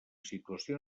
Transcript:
situació